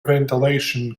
ventilation